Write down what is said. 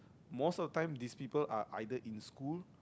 most of the time these people are either in school